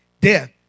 death